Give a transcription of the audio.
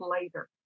later